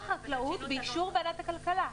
שר החקלאות באישור ועדת הכלכלה.